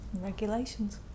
regulations